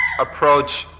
approach